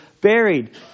buried